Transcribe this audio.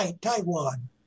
Taiwan